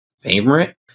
favorite